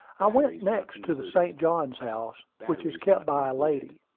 i went next to the st. johns house, which is kept by a lady.